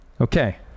Okay